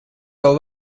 tev